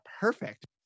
perfect